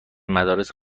مدارس